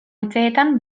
etxeetan